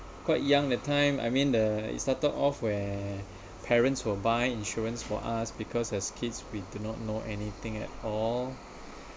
quite young that time I mean the it started off where parents will buy insurance for us because as kids we do not know anything at all